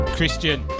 Christian